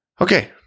okay